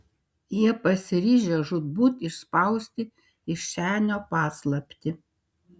jie pasiryžę žūtbūt išspausti iš senio paslaptį